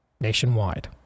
nationwide